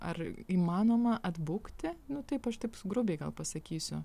ar įmanoma atbukti nu taip aš taip sugrubiai gal pasakysiu